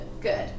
good